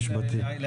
בפריפריה.